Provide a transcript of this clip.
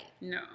no